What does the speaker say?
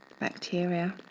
bacteria,